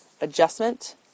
adjustment